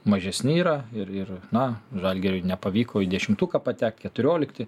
mažesni yra ir ir na žalgiriui nepavyko į dešimtuką patekt keturiolikti